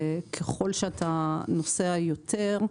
ככול שאתה נוסע יותר,